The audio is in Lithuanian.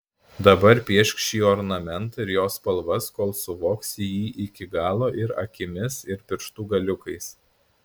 dabar piešk šį ornamentą ir jo spalvas kol suvoksi jį iki galo ir akimis ir pirštų galiukais